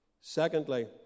Secondly